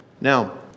Now